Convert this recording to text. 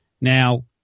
Now